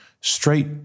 straight